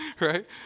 right